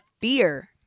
fear